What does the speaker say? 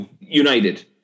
United